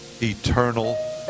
eternal